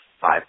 five